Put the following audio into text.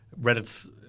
Reddit's